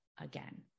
again